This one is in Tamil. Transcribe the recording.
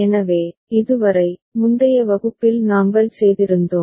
எனவே இது வரை முந்தைய வகுப்பில் நாங்கள் செய்திருந்தோம்